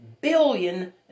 billion